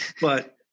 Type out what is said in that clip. But-